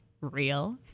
real